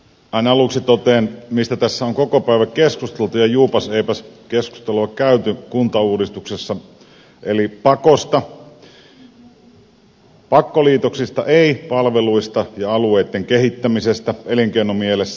näin aluksi totean mistä tässä on koko päivä keskusteltu ja juupaseipäs keskustelua käyty kuntauudistuksessa eli pakosta pakkoliitoksista ei palveluista ja alueitten kehittämisestä elinkeinomielessä